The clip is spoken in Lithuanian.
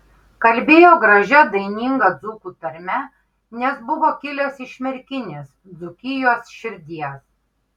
kalbėjo gražia daininga dzūkų tarme nes buvo kilęs iš merkinės dzūkijos širdies